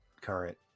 current